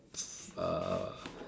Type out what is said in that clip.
uh